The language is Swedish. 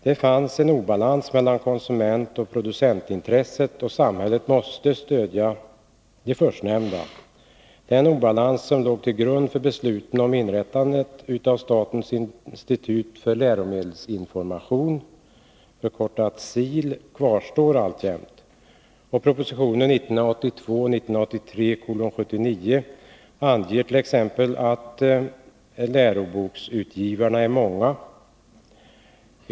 Det fanns en obalans mellan konsumentoch producentintressen, och samhället måste stödja de förstnämnda. Den obalans som låg till grund för besluten om inrättandet av statens institut för läromedelsinformation kvarstår alltjämt. Propositionen 1982/83:79 anger t.ex. att läroboksutgivarna är många.